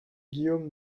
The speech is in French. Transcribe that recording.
guillaume